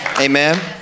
Amen